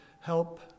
help